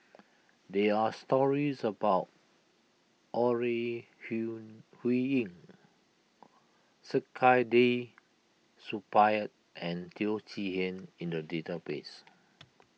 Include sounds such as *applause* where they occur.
there are stories about Ore *unintelligible* Huiying Saktiandi Supaat and Teo Chee Hean in the database